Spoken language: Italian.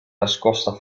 nascosta